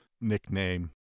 nickname